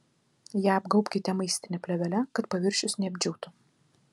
ją apgaubkite maistine plėvele kad paviršius neapdžiūtų